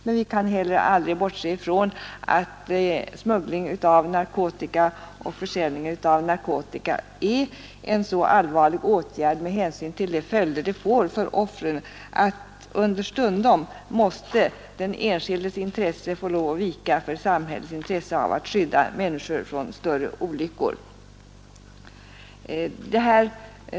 Men vi kan heller aldrig bortse från att smuggling och försäljning av narkotika är en så allvarlig hantering med hänsyn till de följder den får för offren att den enskildes intresse understundom får lov att vika för samhällets intresse av att skydda människor mot större olyckor.